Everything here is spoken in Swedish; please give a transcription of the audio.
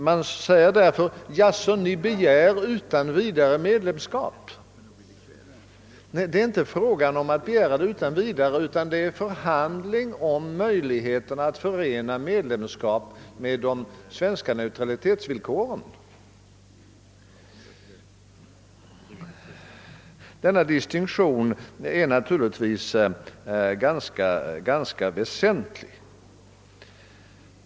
Man säger därför: Jaså, ni begär utan vidare medlemskap! Men det är inte fråga om att utan vidare begära medlemskap — det gäller förhandlingar om möjligheterna att förena medlemskap med de svenska <neutralitetsvillkoren. Denna distinktion är väsentlig.